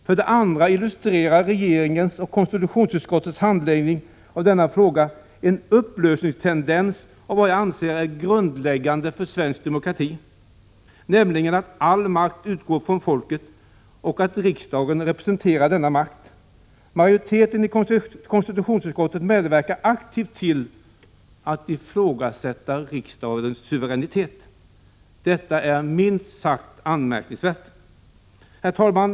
För det andra illustrerar regeringens och konstitutionsutskottets handläggning av denna fråga en tendens till upplösning av en princip som jag anser är grundläggande för svensk demokrati, nämligen att all makt utgår från folket och att riksdagen representerar denna makt. Majoriteten i konstitutionsutskottet medverkar aktivt till att ifrågasätta riksdagens suveränitet. Detta är minst sagt anmärkningsvärt. Herr talman!